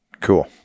Cool